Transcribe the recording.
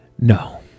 No